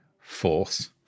Force